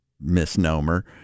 misnomer